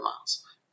miles